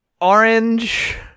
orange